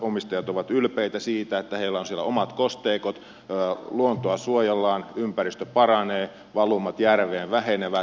maanomistajat ovat ylpeitä siitä että heillä on siellä omat kosteikot luontoa suojellaan ympäristö paranee valumat järveen vähenevät